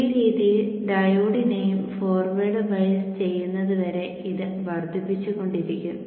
ഈ രീതിയിൽ ഡയോഡിനെയും ഫോർവേഡ് ബയസ് ചെയ്യുന്നതുവരെ ഇത് വർദ്ധിച്ചുകൊണ്ടിരിക്കും